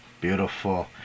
Beautiful